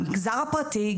במגזר הפרטי,